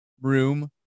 room